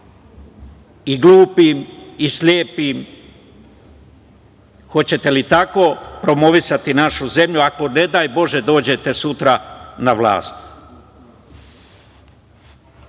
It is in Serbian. i glupim i slepim? Hoćete li tako promovisati našu zemlju, ako ne daj Bože dođete sutra na vlast? Ili